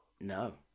No